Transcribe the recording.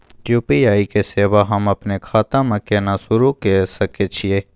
UPI के सेवा हम अपने खाता म केना सुरू के सके छियै?